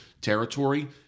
territory